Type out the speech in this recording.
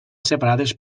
separades